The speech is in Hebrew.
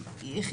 זאת השאלה.